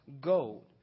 gold